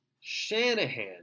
Shanahan